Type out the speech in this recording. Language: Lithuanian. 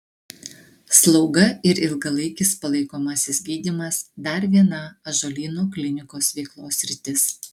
slauga ir ilgalaikis palaikomasis gydymas dar viena ąžuolyno klinikos veiklos sritis